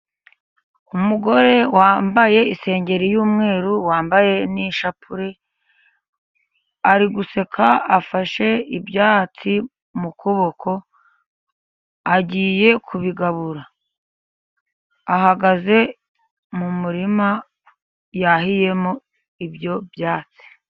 Umugore wambaye isengeri y'umweru, wambaye n'ishapure, ari guseka, afashe ibyatsi mu kuboko, agiye kubigabura. Ahagaze mu murima yahiyemo ibyo byatsi.